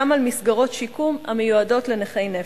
גם על מסגרות שיקום המיועדות לנכי נפש.